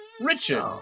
Richard